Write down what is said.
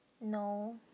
No